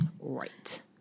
Right